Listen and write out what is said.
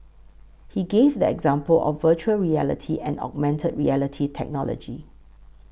he gave the example of Virtual Reality and augmented reality technology